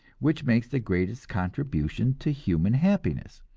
which makes the greatest contribution to human happiness.